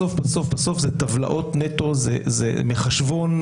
בסוף מדובר בטבלאות נטו, מחשבון